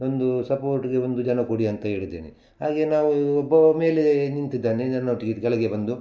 ಒಂದು ಸಪೋರ್ಟ್ಗೆ ಒಂದು ಜನ ಕೊಡಿ ಅಂತ ಹೇಳಿದ್ದೇನೆ ಹಾಗೆ ನಾವು ಒಬ್ಬ ಮೇಲೆ ನಿಂತಿದ್ದಾನೆ ನನ್ನೊಟ್ಟಿಗೆ ಇದು ಕೆಳಗೆ ಬಂದು